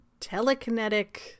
telekinetic